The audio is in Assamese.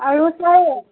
আৰু ছাৰ